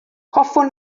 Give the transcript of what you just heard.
hoffwn